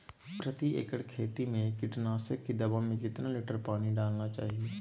प्रति एकड़ खेती में कीटनाशक की दवा में कितना लीटर पानी डालना चाइए?